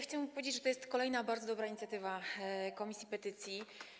Chciałabym powiedzieć, że to jest kolejna bardzo dobra inicjatywa komisji petycji.